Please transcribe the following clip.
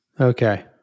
Okay